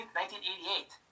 1988